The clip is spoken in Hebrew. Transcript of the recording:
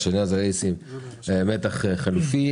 והשני הוא מתח חלופי.